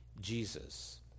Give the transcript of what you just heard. Jesus